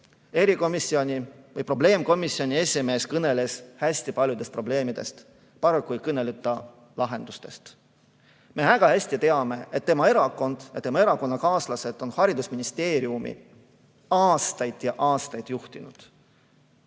probleemidest. Probleemkomisjoni esimees kõneles hästi paljudest probleemidest. Paraku ei kõnele ta lahendustest. Me väga hästi teame, et tema erakond ja tema erakonnakaaslased on haridusministeeriumi aastaid ja aastaid juhtinud.